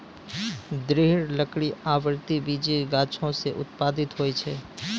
दृढ़ लकड़ी आवृति बीजी गाछो सें उत्पादित होय छै?